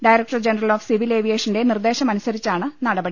director general of civil ഏവിയേഷൻറെ നിർദ്ദേശ മനുസരിച്ചാണ് നടപടി